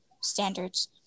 standards